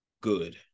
good